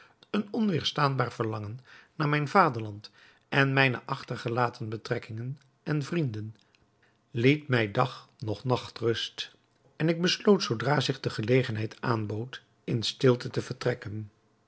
een onweêrstaanbaar verlangen naar mijn vaderland en mijne achtergelaten betrekkingen en vrienden liet mij dag noch nacht rust en ik besloot zoodra zich de gelegenheid aanbood in stilte te vertrekken